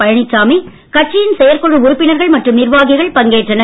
பழனிசாமி கட்சியின் செயற்குழு உறுப்பினர்கள் மற்றும் நிர்வாகிகள் பங்கேற்றனர்